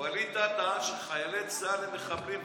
ווליד טאהא טען שחיילי צה"ל הם מחבלים,